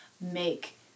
make